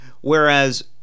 whereas